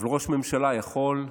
אבל ראש ממשלה יכול,